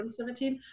2017